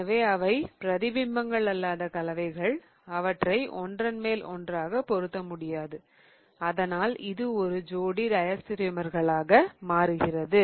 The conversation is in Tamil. எனவே அவை பிரதி பிம்பங்கள் அல்லாத கலவைகள் அவற்றை ஒன்றன் மேல் ஒன்றாக பொறுத்த முடியாது அதனால் இது ஒரு ஜோடி டயஸ்டிரியோமர்களாக மாறுகிறது